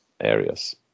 areas